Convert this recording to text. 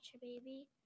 baby